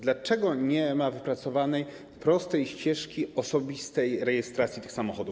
Dlaczego nie ma wypracowanej prostej ścieżki osobistej rejestracji samochodów?